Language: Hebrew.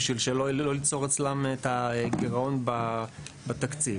בשביל לא ליצור אצלם גירעון בתקציב.